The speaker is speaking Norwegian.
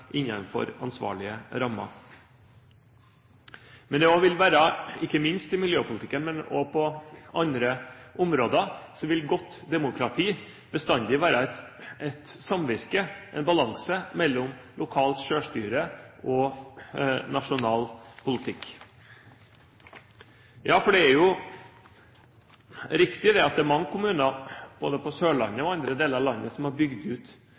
innenfor ansvarlige rammer. Men det vil også være slik – ikke minst i miljøpolitikken, men også på andre områder – at et godt demokrati bestandig vil være et samvirke, en balanse, mellom lokalt selvstyre og nasjonal politikk. Ja, for det er jo riktig at det er mange kommuner, både på Sørlandet og i andre deler av landet, som har bygd ut